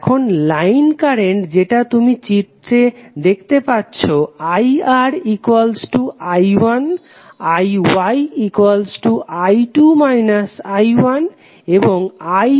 এখন line current যেটা তুমি চিত্রে দেখেতে পাচ্ছো IR I1 IY I2 − I1 এবং IB −I2